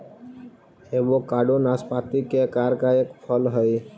avocado नाशपाती के आकार का एक फल हई